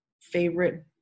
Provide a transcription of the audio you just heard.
favorite